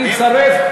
אני אצרף.